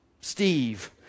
Steve